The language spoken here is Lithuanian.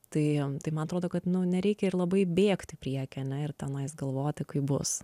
tai tai man atrodo kad nu nereikia ir labai bėgt į priekį ane ir tenais galvoti kaip bus